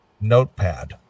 Notepad